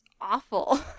awful